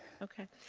okay.